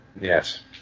Yes